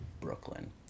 Brooklyn